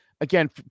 again